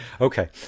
Okay